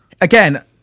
Again